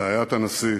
רעיית הנשיא,